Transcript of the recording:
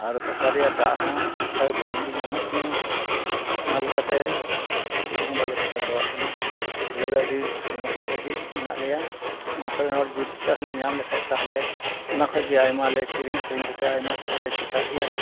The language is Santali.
ᱟᱨ ᱯᱟᱛᱟᱞ ᱨᱮᱭᱟᱜ ᱫᱟᱦᱚᱸ ᱴᱷᱤᱠ ᱴᱷᱟᱠ ᱵᱟᱝᱜᱮ ᱧᱟᱢᱚᱜ ᱠᱟᱱᱟ ᱚᱱᱟ ᱞᱮᱠᱟᱛᱮ ᱪᱮᱫ ᱦᱚᱸ ᱵᱟᱞᱮ ᱪᱤᱠᱟᱹ ᱫᱟᱲᱮᱭᱟᱜ ᱠᱟᱱᱟ ᱟᱞᱮ ᱫᱚ ᱟᱹᱰᱤ ᱥᱳᱢᱳᱥᱟ ᱨᱮᱜᱮ ᱢᱮᱱᱟᱜ ᱞᱮᱭᱟ ᱚᱱᱟ ᱠᱷᱚᱱ ᱦᱚᱸ ᱡᱩᱫᱤ ᱪᱟᱥ ᱞᱮ ᱧᱟᱢ ᱞᱮᱠᱷᱟᱱ ᱛᱟᱦᱚᱞᱮ ᱚᱱᱟ ᱠᱷᱚᱱ ᱜᱮ ᱟᱭᱢᱟ ᱞᱮ ᱠᱤᱨᱤᱧ ᱟᱹᱠᱷᱟᱨᱤᱧ ᱠᱟᱛᱮ ᱟᱭᱢᱟ ᱠᱤᱪᱷᱩᱞᱮ ᱪᱤᱠᱟᱹ ᱠᱮᱭᱟ